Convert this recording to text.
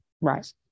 Right